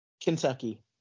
Kentucky